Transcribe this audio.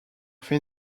fait